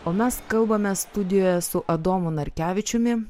o mes kalbame studijoje su adomu narkevičiumi